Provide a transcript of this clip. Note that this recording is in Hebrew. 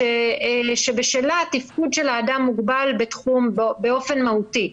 שבשלה תפקוד האדם מוגבל באופן מהותי.